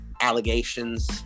allegations